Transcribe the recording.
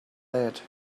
that